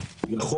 יכול.